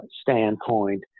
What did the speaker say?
standpoint